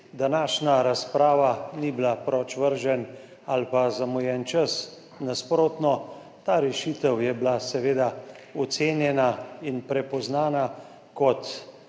Današnja razprava ni bila proč vržen ali pa zamujen čas, nasprotno, ta rešitev je bila seveda ocenjena in prepoznana kot